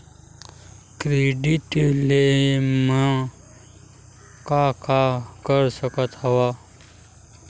Credit ले मैं का का कर सकत हंव?